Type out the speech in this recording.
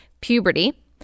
puberty